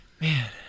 Man